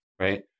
right